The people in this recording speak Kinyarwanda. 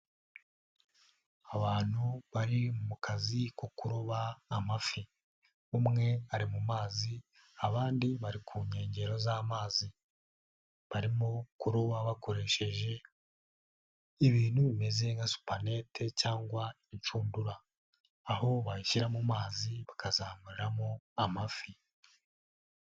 Abantu bari mu kazi ko kuroba amafi, umwe ari mu mazi abandi bari ku nkengero z'amazi, barimo kuroba bakoresheje ibintu bimeze nka supanete cyangwa inshundura, aho bayishyira mu mazi bakazamaramo amafi.